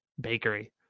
bakery